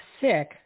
sick